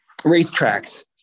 racetracks